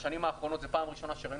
בשנים האחרונות זו פעם הראשונה שראינו